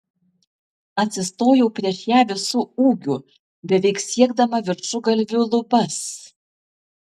atsistojau prieš ją visu ūgiu beveik siekdama viršugalviu lubas